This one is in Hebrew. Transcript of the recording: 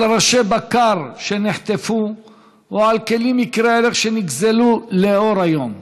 על ראשי בקר שנחטפו או על כלים יקרי ערך שנגזלו לאור היום.